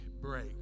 break